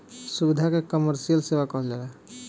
सुविधा के कमर्सिअल सेवा कहल जाला